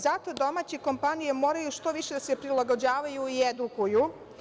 Zato domaće kompanije moraju što više da se prilagođavaju i edukuju.